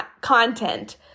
content